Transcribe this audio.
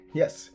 yes